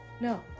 no